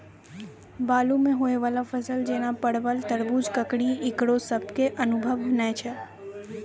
बालू मे होय वाला फसल जैना परबल, तरबूज, ककड़ी ईकरो सब के अनुभव नेय छै?